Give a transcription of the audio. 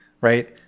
right